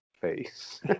face